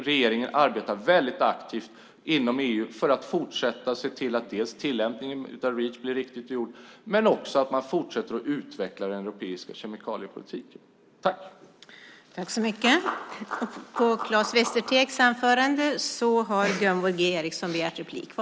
Regeringen arbetar dessutom mycket aktivt inom EU för att även i fortsättningen se till dels att tillämpningen av Reach sker på ett korrekt sätt, dels att den europeiska kemikaliepolitiken fortsätter att utvecklas.